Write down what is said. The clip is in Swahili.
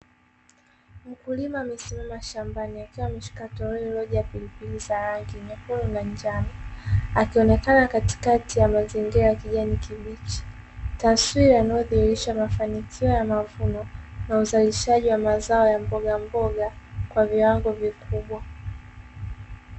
Mkulima amesimama shambani akiwa ameshika toroli liilojaa pilipili za rangi nyekundu na njano, akionekana katikati ya mazingira ya kijani kibichi. Taswira inayothihilisha mafanikio na mavuno na uzalishaji wa mazo ya mbogamboga kwa viwango vikubwa.